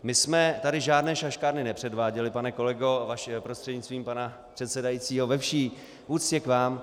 My jsme tady žádné šaškárny nepředváděli, pane kolego prostřednictvím pana předsedajícího, ve vší úctě k vám.